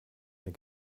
mehr